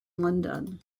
london